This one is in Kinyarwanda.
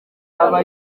aba